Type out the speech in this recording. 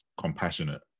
compassionate